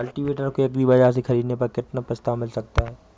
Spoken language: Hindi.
कल्टीवेटर को एग्री बाजार से ख़रीदने पर कितना प्रस्ताव मिल सकता है?